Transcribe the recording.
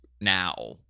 now